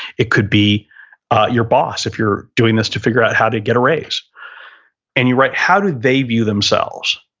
it could be your boss. if you're doing this to figure out how to get a raise and you write how do they view themselves?